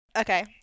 okay